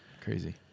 crazy